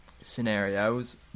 scenarios